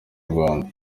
rwanda